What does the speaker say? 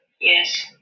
Yes